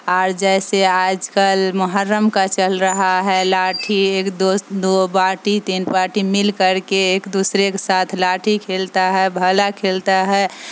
اور جیسے آج کل محرم کا چل رہا ہے لاٹھی ایک دوست دو بارٹی تین پارٹی مل کر کے ایک دوسرے کے ساتھ لاٹھی کھیلتا ہے بھالا کھیلتا ہے